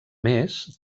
més